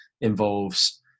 involves